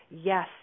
Yes